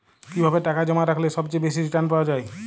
কিভাবে টাকা জমা রাখলে সবচেয়ে বেশি রির্টান পাওয়া য়ায়?